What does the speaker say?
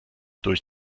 durch